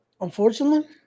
Unfortunately